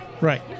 Right